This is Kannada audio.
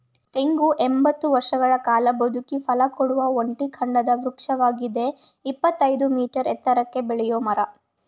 ತೆಂಗು ಎಂಬತ್ತು ವರ್ಷಗಳ ಕಾಲ ಬದುಕಿ ಫಲಕೊಡುವ ಒಂಟಿ ಕಾಂಡದ ವೃಕ್ಷವಾಗಿದ್ದು ಇಪ್ಪತ್ತಯ್ದು ಮೀಟರ್ ಎತ್ತರಕ್ಕೆ ಬೆಳೆಯೋ ಮರ